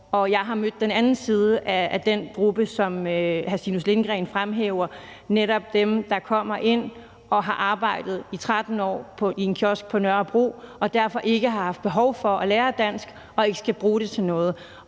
jeg har mødt den anden side af den gruppe, som hr. Stinus Lindgreen fremhæver, netop dem, der kommer ind og har arbejdet i 13 år i en kiosk på Nørrebro og derfor ikke har haft behov for at lære dansk og ikke skal bruge det til noget.